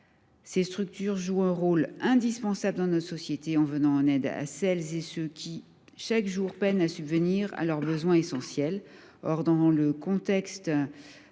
Ces structures jouent un rôle indispensable dans notre société en venant en aide à celles et ceux qui, chaque jour, peinent à subvenir à leurs besoins essentiels. Dans un contexte